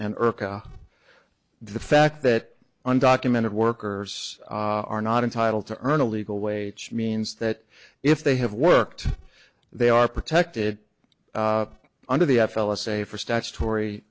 and earth the fact that undocumented workers are not entitled to earn a legal wage means that if they have worked they are protected under the f l a say for statutory